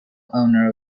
owner